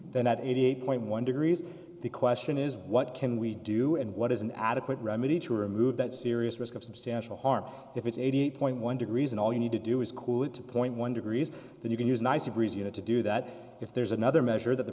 then at eighty eight point one degrees the question is what can we do and what is an adequate remedy to remove that serious risk of substantial harm if it's eighty eight point one degrees and all you need to do is cool it to point one degrees and you can use nice breeze you know to do that if there's another measure that the